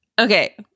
Okay